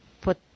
put